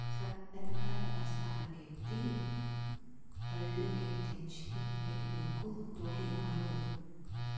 శనక్కాయలు బస్తాల కెత్తి బల్లుకెత్తించి మిల్లుకు తోలినారు